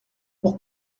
pour